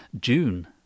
June